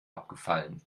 abgefallen